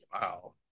wow